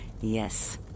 Yes